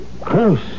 Close